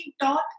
taught